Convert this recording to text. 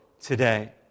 today